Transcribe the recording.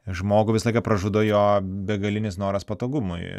žmogų visą laiką pražudo jo begalinis noras patogumui